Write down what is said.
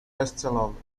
bezcelowy